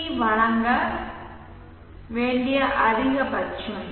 we வழங்க வேண்டிய அதிகபட்சம்